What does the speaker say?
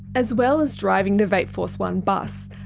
as well as driving the vape force one bus,